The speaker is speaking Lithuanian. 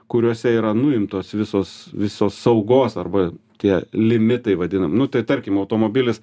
kuriuose yra nuimtos visos visos saugos arba tie limitai vadinam nu tai tarkim automobilis